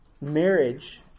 Marriage